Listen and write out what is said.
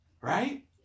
Right